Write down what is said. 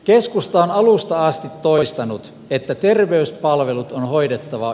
keskustan alusta asti toistanut että terveyspalvelut on hoidettava